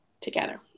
together